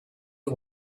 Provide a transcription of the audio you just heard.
you